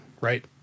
right